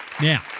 now